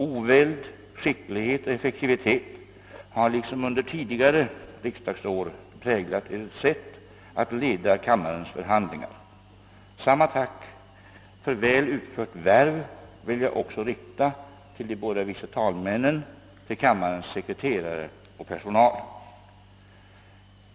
Oväld, skicklighet och effektivitet har liksom under tidigare riksdagsår präglat Edert sätt att leda riksdagens förhandlingar. Samma tack för väl utfört värv vill jag också rikta till de båda vice talmännen, till kammarens sekreterare och personal.